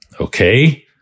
Okay